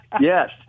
Yes